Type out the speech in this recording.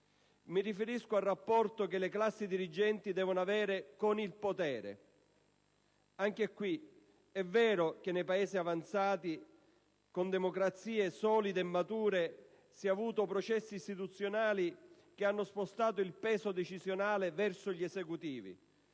mi riferisco al rapporto che le classi dirigenti devono avere con il potere. È vero che nei Paesi avanzati, con democrazie solide e mature, si sono avuti processi istituzionali che hanno spostato il peso decisionale verso gli Esecutivi.